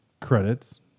credits